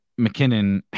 McKinnon